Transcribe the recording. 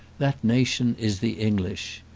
that nation is the english.